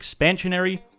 expansionary